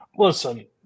Listen